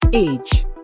age